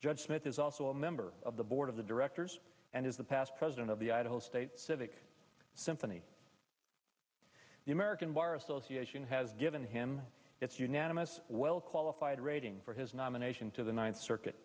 judge smith is also a member of the board of directors and is the past president of the idaho state civic symphony the american bar association has given him its unanimous well qualified rating for his nomination to the ninth circuit